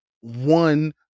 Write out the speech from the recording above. one